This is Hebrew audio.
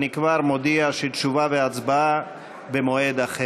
אני כבר מודיע שתשובה והצבעה במועד אחר.